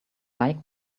like